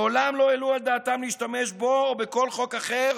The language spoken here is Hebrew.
מעולם לא העלו על דעתם להשתמש בו או בכל חוק אחר